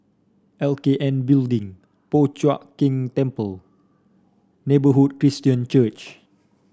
L K N Building Po Chiak Keng Temple Neighbourhood Christian Church